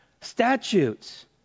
Statutes